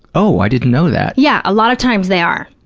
oh, i didn't know that? yeah, a lot of times, they are,